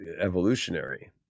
evolutionary